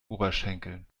oberschenkeln